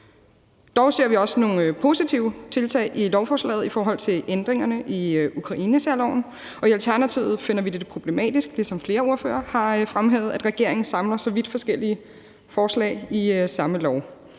Dog ser vi også nogle positive tiltag i lovforslaget i forhold til ændringerne i Ukrainesærloven. Og i Alternativet finder vi det problematisk, som flere ordførere har fremhævet, at regeringen samler så vidt forskellige forslag i samme